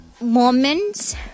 Moments